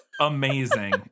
Amazing